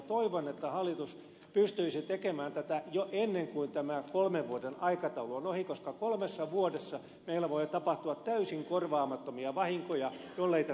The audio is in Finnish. toivon että hallitus pystyisi tekemään tätä jo ennen kuin tämä kolmen vuoden aikataulu on ohi koska kolmessa vuodessa meillä voi tapahtua täysin korvaamattomia vahinkoja jollei tätä saada järjestykseen